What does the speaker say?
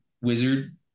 wizard